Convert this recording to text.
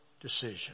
decision